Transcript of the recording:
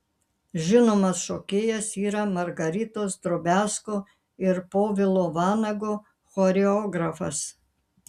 žinomas šokėjas yra margaritos drobiazko ir povilo vanago choreografas